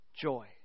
joy